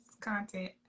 content